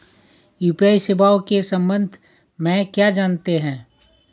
UPI सेवाओं के संबंध में क्या जानते हैं?